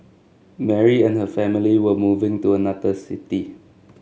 Mary and her family were moving to another city